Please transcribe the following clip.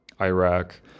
Iraq